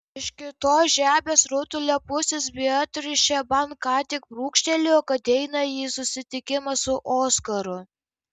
iš kitos žemės rutulio pusės beatričė man ką tik brūkštelėjo kad eina į susitikimą su oskaru